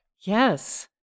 Yes